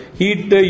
heat